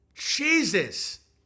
Jesus